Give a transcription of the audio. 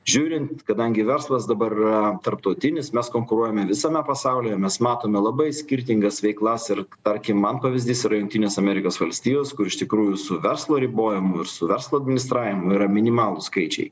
žiūrint kadangi verslas dabar yra tarptautinis mes konkuruojame visame pasaulyje mes matome labai skirtingas veiklas ir tarkim man pavyzdys yra jungtinės amerikos valstijos kur iš tikrųjų su verslo ribojimu ir su verslo administravimu yra minimalūs skaičiai